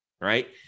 Right